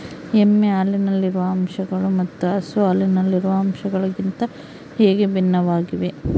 ಎಮ್ಮೆ ಹಾಲಿನಲ್ಲಿರುವ ಅಂಶಗಳು ಮತ್ತು ಹಸು ಹಾಲಿನಲ್ಲಿರುವ ಅಂಶಗಳಿಗಿಂತ ಹೇಗೆ ಭಿನ್ನವಾಗಿವೆ?